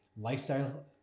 lifestyle